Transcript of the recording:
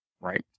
Right